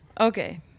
Okay